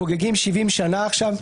חוגגים 70 שנה עכשיו.